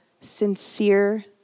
sincere